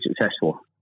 successful